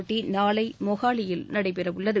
போட்டி நாளை மொஹாலியில் நடைபெறவுள்ளது